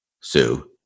Sue